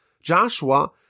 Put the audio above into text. Joshua